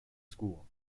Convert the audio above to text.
school